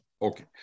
Okay